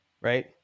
right